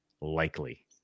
likely